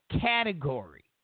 category